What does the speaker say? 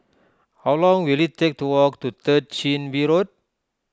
how long will it take to walk to Third Chin Bee Road